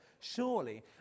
surely